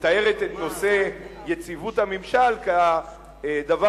מתארת את נושא יציבות הממשל כדבר,